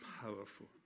powerful